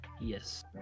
Yes